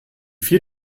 vier